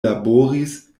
laboris